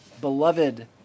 beloved